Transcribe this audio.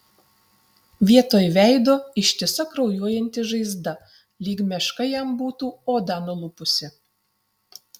vietoj veido ištisa kraujuojanti žaizda lyg meška jam būtų odą nulupusi